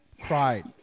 cried